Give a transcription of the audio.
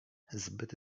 zbyt